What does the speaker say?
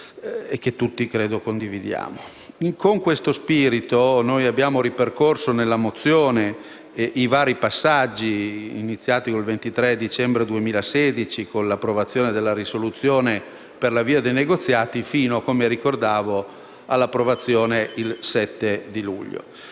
che tutti - credo - condividiamo. Con questo spirito abbiamo ripercorso nella mozione i vari passaggi, iniziati il 23 dicembre 2016 con l'approvazione della risoluzione per l'avvio dei negoziati, fino - come già ricordato - all'approvazione il 7 luglio